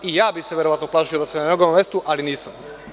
I ja bih se verovatno plašio da sam na njegovom mestu, ali nisam.